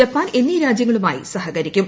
Japan എന്നീ രാജൃങ്ങളുമായി സഹകരിക്കും